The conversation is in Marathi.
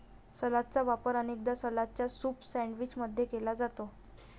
सलादचा वापर अनेकदा सलादच्या सूप सैंडविच मध्ये केला जाते